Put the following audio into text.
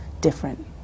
different